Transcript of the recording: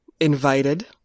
invited